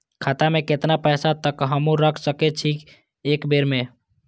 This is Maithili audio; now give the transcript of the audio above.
खाता में केतना पैसा तक हमू रख सकी छी एक बेर में?